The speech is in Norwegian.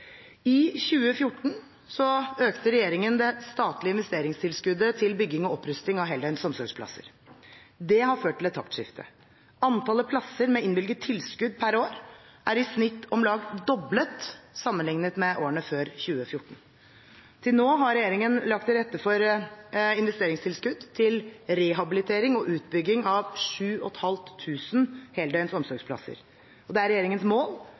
I 2014 økte regjeringen det statlige investeringstilskuddet til bygging og opprusting av heldøgns omsorgsplasser. Det har ført til et taktskifte. Antallet plasser med innvilget tilskudd per år er i snitt om lag doblet sammenlignet med årene før 2014. Til nå har regjeringen lagt til rette for investeringstilskudd til rehabilitering og utbygging av 7 500 heldøgns omsorgsplasser, og det er regjeringens mål